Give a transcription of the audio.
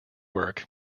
work